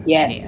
Yes